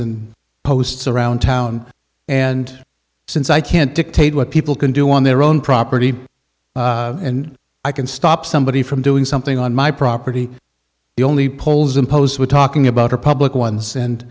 and posts around town and since i can't dictate what people can do on their own property and i can stop somebody from doing something on my property the only polls imposed we're talking about are public ones and